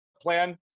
plan